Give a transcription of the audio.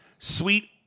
Sweet